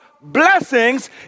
blessings